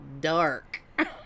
dark